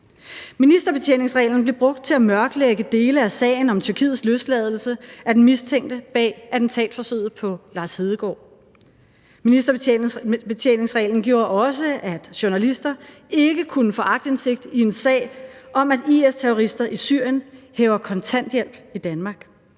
Ministerbetjeningsreglen blev brugt til at mørklægge dele af sagen om Tyrkiets løsladelse af den mistænkte bag attentatforsøget på Lars Hedegaard. Ministerbetjeningsreglen gjorde også, at journalister ikke kunne få aktindsigt i en sag om, at IS-terrorister i Syrien hæver kontanthjælp i Danmark.